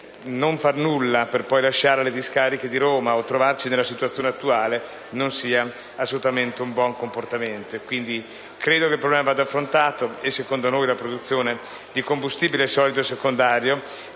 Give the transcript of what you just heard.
non fare nulla, per poi lasciare il problema alle discariche di Roma e trovarci nella situazione attuale non sia assolutamente un buon comportamento. Ritengo che il problema vada affrontato e, secondo noi, la produzione di combustibile solido secondario